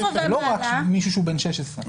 לא רק מישהו שהוא בן 16,